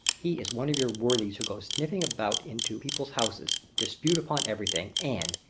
he is one of your worthies who go sniffing about into people's houses, dispute upon everything, and,